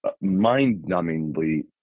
mind-numbingly